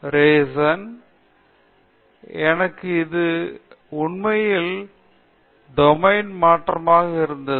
ரெசான் எனக்கு அது உண்மையில் டொமைன் மாற்றமாக இருந்தது